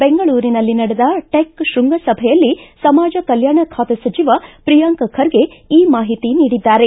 ಬೆಂಗಳೂರಿನಲ್ಲಿ ನಡೆದ ಟೆಕ್ ತೃಂಗಸಭೆಯಲ್ಲಿ ಸಮಾಜ ಕಲ್ಟಾಣ ಖಾತೆ ಸಚಿವ ಪ್ರಿಯಾಂಕ್ ಖರ್ಗೆ ಈ ಮಾಹಿತಿ ನೀಡಿದ್ದಾರೆ